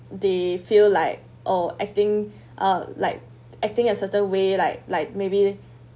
they feel like oh acting uh like acting as certain way like like maybe